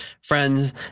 friends